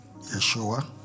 Yeshua